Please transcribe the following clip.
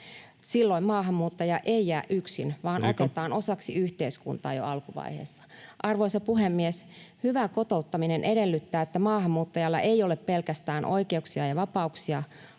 Silloin maahanmuuttaja ei jää yksin [Puhemies: Aika!] vaan otetaan osaksi yhteiskuntaa jo alkuvaiheessa. Arvoisa puhemies! Hyvä kotouttaminen edellyttää, että maahanmuuttajalla ei ole pelkästään oikeuksia ja vapauksia